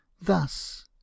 thus